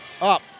Up